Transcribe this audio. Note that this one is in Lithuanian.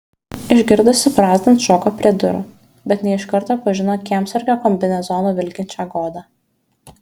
išgirdusi brazdant šoko prie durų bet ne iš karto pažino kiemsargio kombinezonu vilkinčią godą